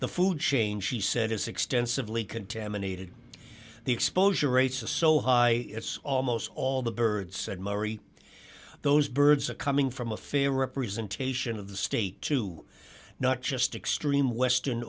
the food chain she said is extensively contaminated the exposure rates a so high it's almost all the birds said marie those birds are coming from a fair representation of the state to not just extreme western